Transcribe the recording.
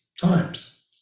times